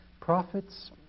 Prophets